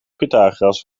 pythagoras